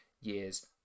years